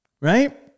Right